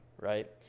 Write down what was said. Right